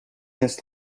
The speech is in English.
this